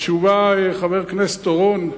התשובה, חבר הכנסת אורון,